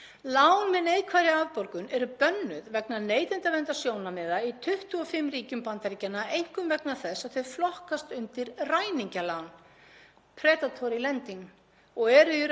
„Predatory lending“ og eru í raun aðeins viðeigandi fyrir lántaka sem eru agaðir og fjárhagslega mjög vel að sér ásamt því að hafa óreglulegar tekjur.“ Ég vek